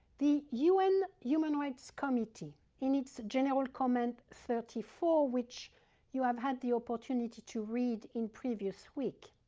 the un human rights committee in its general comment thirty four which you have had the opportunity to to read in previous week